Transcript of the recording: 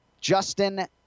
Justin